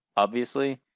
obviously,